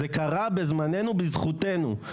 זה קרה בזמננו בזכותנו,